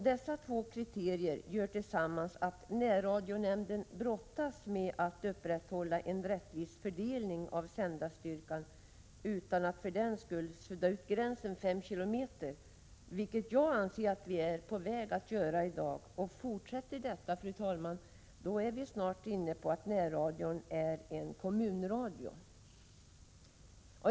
Dessa båda kriterier gör tillsammans att närradionämnden brottas med att upprätthålla en rättvis fördelning av sändarstyrkan, utan att för den skull sudda ut 5 km-gränsen, vilket jag anser att vi är på väg att göra i dag. Fortsätter denna utveckling, fru talman, är vi snart inne på att närradion är en kommunradio.